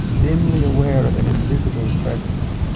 dimly aware of an invisible presence.